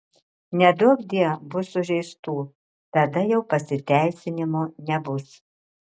neduokdie bus sužeistų tada jau pasiteisinimo nebus